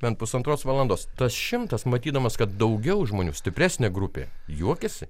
bent pusantros valandos tas šimtas matydamas kad daugiau žmonių stipresnė grupė juokiasi